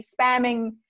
spamming